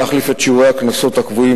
מוצע להחליף את שיעורי הקנסות הקבועים